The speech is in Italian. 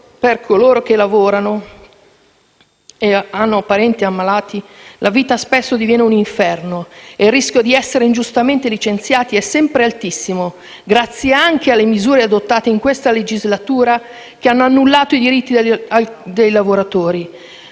Per coloro che lavorano e hanno parenti ammalati, infatti, la vita spesso diviene un inferno e il rischio di essere ingiustamente licenziati è sempre altissimo, grazie anche alle misure adottate in questa legislatura che hanno annullato i diritti dei lavoratori: